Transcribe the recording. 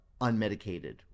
unmedicated